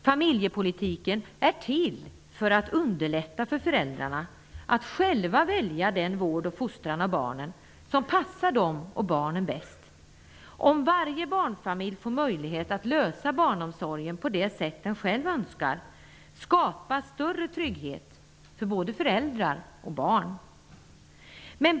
Familjepolitiken är till för att underlätta för föräldrarna att själva välja den vård och fostran av barnen som passar dem och barnen bäst. Om varje barnfamilj får möjlighet att ordna barnomsorgen på det sätt den själv önskar, skapas större trygghet för både föräldrar och barn.